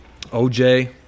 OJ